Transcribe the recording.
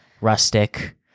rustic